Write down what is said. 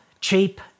cheap